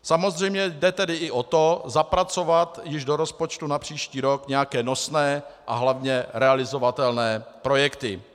Samozřejmě jde tedy i o to zapracovat již do rozpočtu na příští rok nějaké nosné a hlavně realizovatelné projekty.